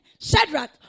Shadrach